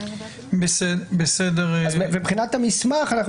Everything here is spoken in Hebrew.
מבחינת המסמך,